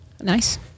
Nice